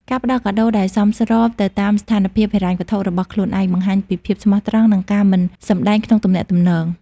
ការផ្ដល់កាដូដែលសមស្របទៅតាមស្ថានភាពហិរញ្ញវត្ថុរបស់ខ្លួនឯង បង្ហាញពីភាពស្មោះត្រង់ និងការមិនសម្ដែងក្នុងទំនាក់ទំនង។